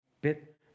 bit